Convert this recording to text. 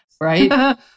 right